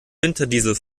winterdiesel